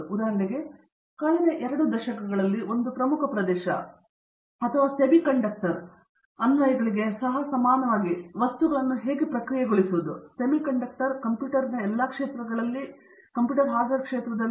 ಉದಾಹರಣೆಗೆ ಕಳೆದ 2 ದಶಕಗಳಲ್ಲಿ ಒಂದು ಪ್ರಮುಖ ಪ್ರದೇಶ ಅಥವಾ ಅರೆ ಕಂಡಕ್ಟರ್ ಅನ್ವಯಗಳಿಗೆ ಸಹ ಸಮಾನವಾಗಿ ಮುಖ್ಯ ವಸ್ತುಗಳನ್ನು ಪ್ರಕ್ರಿಯೆಗೊಳಿಸುವುದು ಹೇಗೆ